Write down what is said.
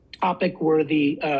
topic-worthy